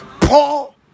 Paul